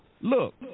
look